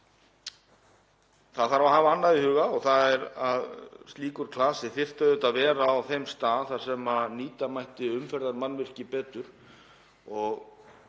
Það þarf að hafa annað í huga og það er að slíkur klasi þyrfti auðvitað að vera á þeim stað þar sem nýta mætti umferðarmannvirki betur. Ég